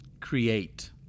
create